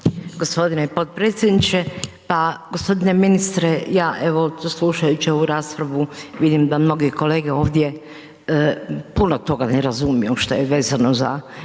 gospodine potpredsjedniče. Pa gospodine ministre ja evo slušajući ovu raspravu vidim da mnogi kolege ovdje puno toga ne razumiju šta je vezano za